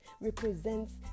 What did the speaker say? represents